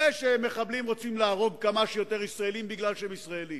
זה שמחבלים רוצים להרוג כמה שיותר ישראלים מפני שהם ישראלים,